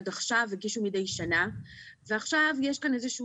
עד עכשיו הגישו מידי שנה ועכשיו יש כאן איזה שהוא